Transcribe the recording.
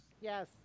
Yes